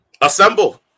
Assemble